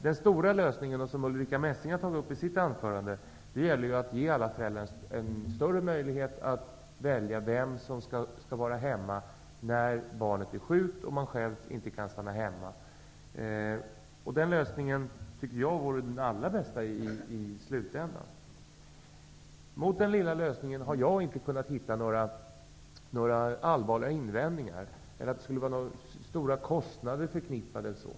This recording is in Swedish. Den ''stora'' lösningen, som Ulrica Messing tar upp i sitt anförande ger alla föräldrar en större möjlighet att välja vem som skall vara hemma när barnet är sjukt och man själv inte kan stanna hemma. Den lösningen vore i slutändan, tycker jag, den allra bästa. Mot den s.k. lilla lösningen har jag inte kunnat hitta några allvarliga invändningar, t.ex. att det skulle vara stora kostnader förknippade med detta.